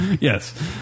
Yes